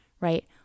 right